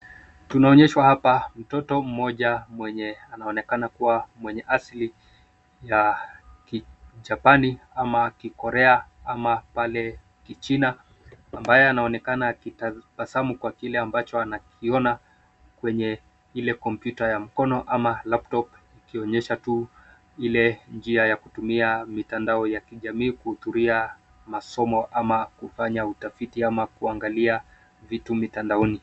Tunaonyeshwa hapa mtoto moja mwenye anaonekana kuwa mwenye asili ya kijapani, ama kikorea ama pale kichina ambaye anaonekana akitabasamu kwa kile ambacho anakiona kwenye ile kompyuta ya mkono au cs[laptop]cs ikionyesha tu ile njia ya kutumia mitandao ya kijamii kutulia, masomo, ama kufanya utafiti ama kuangalia vitu mitandaoni